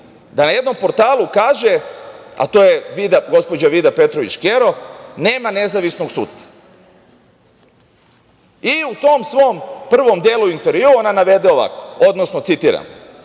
da na jednom portalu kaže, a to je gospođa Vida Petrović Škero, da nema nezavisnog sudstva.U tom svom prvom delu intervjua ona navede ovako, citiram: